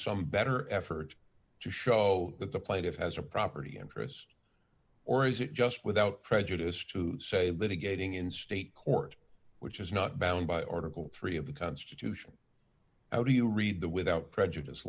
some better effort to show that the plaintiff has a property interest or is it just without prejudice to say litigating in state court which is not bound by article three of the constitution how do you read the without prejudice